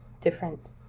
different